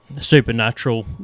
supernatural